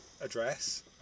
address